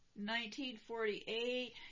1948